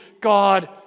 God